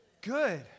good